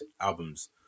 albums